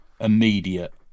immediate